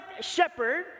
shepherd